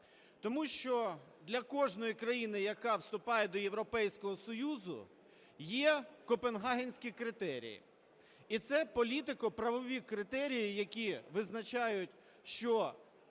Тому що для кожної країни, яка вступає до Європейського Союзу, є Копенгагенські критерії, і це політико-правові критерії, які визначають, що